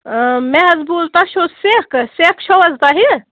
آ مےٚ حظ بوٗز تۄہہِ چھَو سٮ۪کھ سٮ۪کھ چھَو حظ تۄہہِ